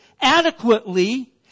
adequately